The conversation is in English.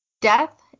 Death